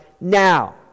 now